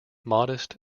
modest